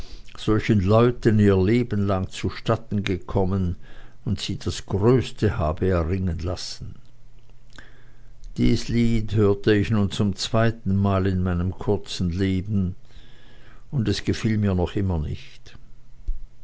solchen leuten ihr leben lang zustatten gekommen und sie das größte habe erringen lassen dies lied hörte ich nun zum zweiten male in meinem kurzen leben und es gefiel mir noch immer nicht